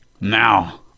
Now